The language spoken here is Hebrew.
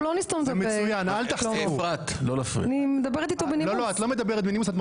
אתה מדבר שטויות.